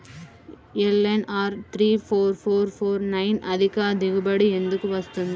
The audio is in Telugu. LNR three four four four nine అధిక దిగుబడి ఎందుకు వస్తుంది?